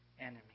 enemy